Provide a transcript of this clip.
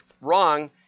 wrong